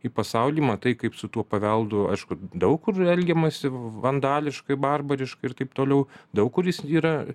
į pasaulį matai kaip su tuo paveldu aišku daug kur elgiamasi vandališkai barbariškai ir taip toliau daug kur jis yra